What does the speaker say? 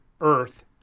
earth